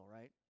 right